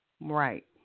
Right